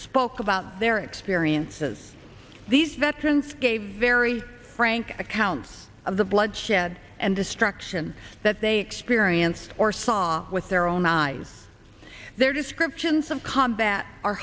spoke about their experiences these veterans gave very frank accounts of the bloodshed and destruction that they experienced or saw with their own eyes their descriptions of combat